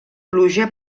pluja